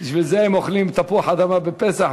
בשביל זה הם אוכלים תפוח-אדמה בפסח,